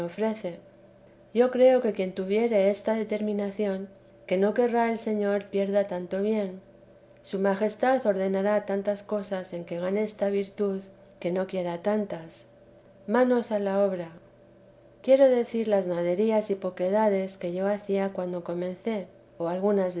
ofrece y yo creo que quien tuviere esta determinación que no querrá el señor pierda tanto bien su majestad ordenará tantas cosas en que gane esta virtud que no quiera tantas manos a la obra quiero decir las naderías y poquedades que yo hacia cuando comencé o algunas